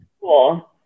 cool